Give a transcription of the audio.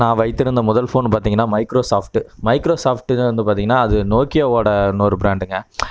நான் வைத்திருந்த முதல் ஃபோன்னு பார்த்தீங்கனா மைக்ரோ சாஃப்ட்டு மைக்ரோ சாஃப்ட்டு இதை வந்து பார்த்தீங்கனா அது நோக்கியாவோட இன்னொரு ப்ராண்ட்டுங்க